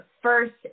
first